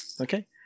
Okay